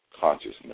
consciousness